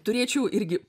turėčiau irgi